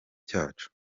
cyacu